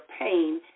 pain